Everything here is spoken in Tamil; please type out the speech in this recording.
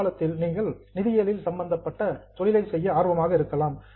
எதிர்காலத்தில் நீங்கள் நிதியியல் சம்பந்தப்பட்ட தொழிலை செய்ய ஆர்வமாக இருக்கலாம்